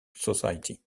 society